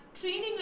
training